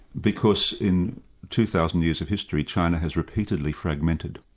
because in two thousand years of history, china has repeatedly fragmented.